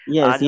Yes